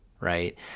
right